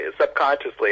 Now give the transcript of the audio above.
subconsciously